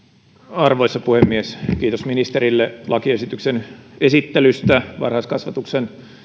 arvoisa puhemies kiitos ministerille lakiesityksen esittelystä varhaiskasvatuksen